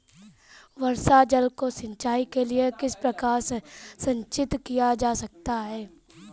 वर्षा जल को सिंचाई के लिए किस प्रकार संचित किया जा सकता है?